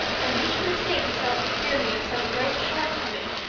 and each mistake has helped to cure me of some great shortcoming.